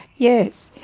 yes,